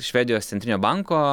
švedijos centrinio banko